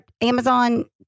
Amazon